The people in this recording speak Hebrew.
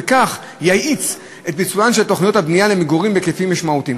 וכך יאיץ את ביצוען של תוכניות הבנייה למגורים בהיקפים משמעותיים.